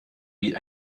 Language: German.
wie